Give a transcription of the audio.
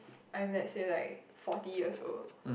I'm let say like forty years old